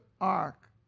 ark